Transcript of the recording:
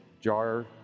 Jar